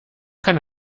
kann